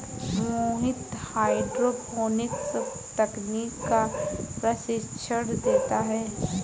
मोहित hydroponics तकनीक का प्रशिक्षण देता है